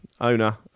owner